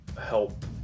help